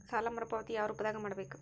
ಸಾಲ ಮರುಪಾವತಿ ಯಾವ ರೂಪದಾಗ ಮಾಡಬೇಕು?